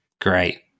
Great